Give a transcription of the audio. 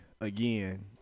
again